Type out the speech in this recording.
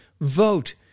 vote